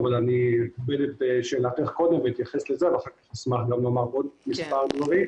אתייחס לשאלתך ואחר כך אשמח לומר עוד כמה דברים.